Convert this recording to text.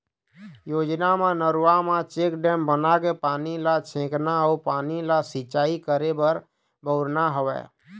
योजना म नरूवा म चेकडेम बनाके पानी ल छेकना अउ पानी ल सिंचाई करे बर बउरना हवय